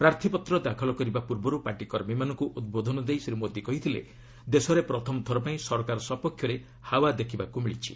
ପ୍ରାର୍ଥୀପତ୍ର ଦାଖଲ କରିବା ପୂର୍ବର୍ ପାର୍ଟି କର୍ମୀମାନଙ୍କ ଉଦ୍ବୋଧନ ଦେଇ ଶ୍ରୀ ମୋଦି କହିଥିଲେ ଦେଶରେ ପ୍ରଥମ ଥର ପାଇଁ ସରକାର ସପକ୍ଷରେ ହାୱା ଦେଖିବାକୁ ମିଳିଛି